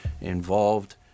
involved